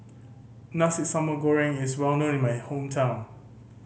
Nasi Sambal Goreng is well known in my hometown